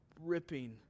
ripping